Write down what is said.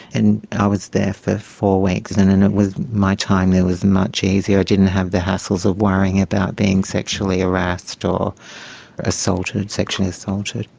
and i was there for four weeks, and and my time there was much easier. i didn't have the hassles of worrying about being sexually harassed or assaulted, sexually assaulted.